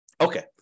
Okay